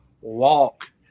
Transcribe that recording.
walk